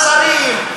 השרים,